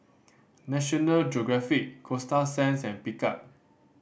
National Geographic Coasta Sands and Picard